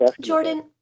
Jordan